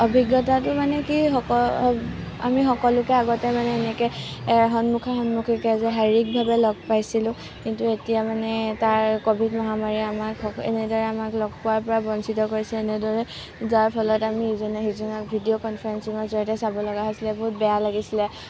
অভিজ্ঞতাটো মানে কি সকলো আমি সকলোকে আগতে মানে এনেকে এ সন্মুখা সন্মুখীকৈ যে শাৰিৰীকভাৱে যে লগ পাইছিলোঁ কিন্তু এতিয়া মানে তাৰ ক'ভিড মহামাৰীয়ে আমাক এনেদৰে আমাক লগ পোৱাৰ পৰা বঞ্চিত কৰিছে এনেদৰে যাৰ ফলত আমি ইজনে সিজনক ভিডিও কনফাৰেন্সিঙৰ জৰিয়তে চাব লগা হৈছিলে বহুত বেয়া লাগিছিলে